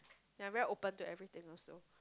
and I very open to everything also